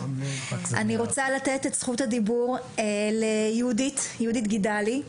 אני רוצה לתת את זכות הדיבור ליהודית גידלי,